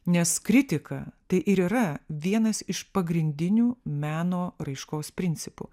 nes kritika tai ir yra vienas iš pagrindinių meno raiškos principų